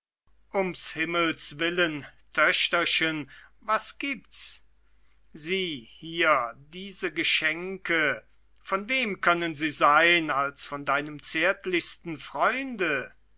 himmels willen töchterchen was gibt's sieh hier diese geschenke von wem können sie sein als von deinem zärtlichsten freunde